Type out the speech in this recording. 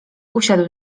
usiadł